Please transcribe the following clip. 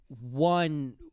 one